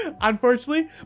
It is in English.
Unfortunately